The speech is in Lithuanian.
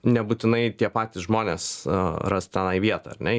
nebūtinai tie patys žmonės ras tą vietą ar ne